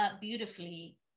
beautifully